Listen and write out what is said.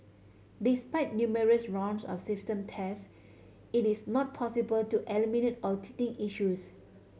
despite numerous rounds of system test it is not possible to eliminate all teething issues